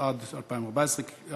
התשע"ד 2014, קריאה